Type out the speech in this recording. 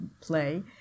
play